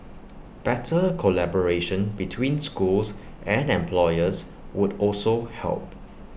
better collaboration between schools and employers would also help